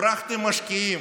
הברחתם משקיעים.